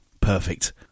perfect